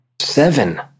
Seven